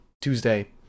Tuesday